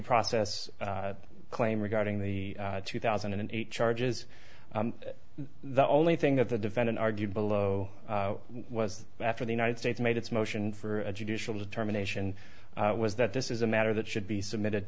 process claim regarding the two thousand and eight charges the only thing that the defendant argued below was after the united states made its motion for a judicial determination was that this is a matter that should be submitted